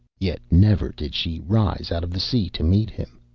yet never did she rise out of the sea to meet him,